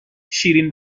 شیرین